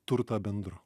turtą bendru